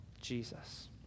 Jesus